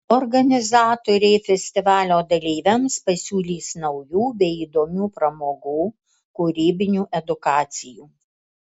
organizatoriai festivalio dalyviams pasiūlys naujų bei įdomių pramogų kūrybinių edukacijų